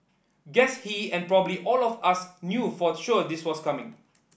guess he and probably all of us knew for sure this was coming